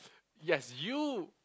yes you